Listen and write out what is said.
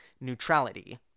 neutrality